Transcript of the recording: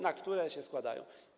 na które się składają.